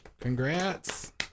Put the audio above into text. Congrats